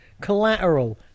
Collateral